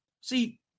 See